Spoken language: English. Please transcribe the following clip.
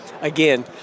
again